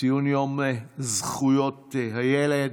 ציון יום זכויות הילד.